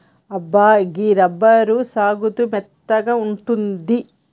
అబ్బా గీ రబ్బరు సాగుతూ మెత్తగా ఉంటుంది